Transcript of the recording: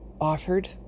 offered